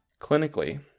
Clinically